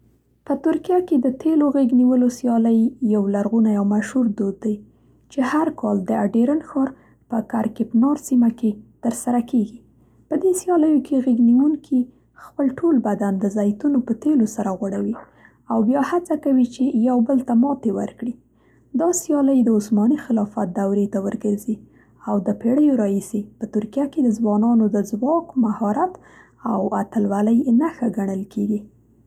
په ترکیه کې د تیلو غېږ نیولو سیالۍ یو لرغونی او مشهور دود دی چې هر کال د اډیرن ښار په کرکپینار سیمه کې ترسره کیږي. په دې سیالیو کې غېږ نیونکي خپل ټول بدن د زیتونو په تیلو سره غوړوي او بیا هڅه کوي چې یو بل ته ماتې ورکړي. دا سیالۍ د عثماني خلافت دورې ته ورګرځي او د پېړیو راهیسې په ترکیه کې د ځوانانو د ځواک، مهارت او اتلولۍ نښه ګڼل کیږي